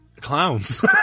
clowns